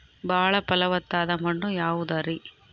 ಬಾಳ ಫಲವತ್ತಾದ ಮಣ್ಣು ಯಾವುದರಿ?